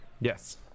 Yes